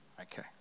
Okay